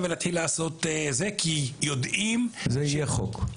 כי יודעים --- שזה יהיה חוק.